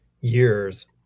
years